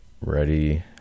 ready